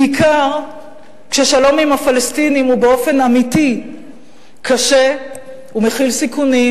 בעיקר כששלום עם הפלסטינים הוא באופן אמיתי קשה ומכיל סיכונים,